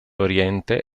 oriente